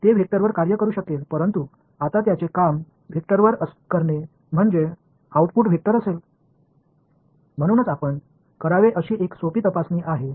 எனவே இந்த தோழர்கள் ஒவ்வொன்றாக செயல்பட்டு எனக்கு ஒரு வெக்டர் கொடுக்கும் ஒரு வெக்டர் ஸ்கேலார் மீது செயல்பட முடியும் ஆனால் இப்போது அது வெக்டர் மீது செயல்படுகிறது எனவே வெளியீடு ஒரு வெக்டர் ஆகும்